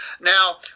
Now